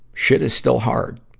shit is still hard.